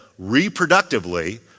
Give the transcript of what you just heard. reproductively